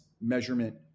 measurement